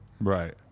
Right